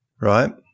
right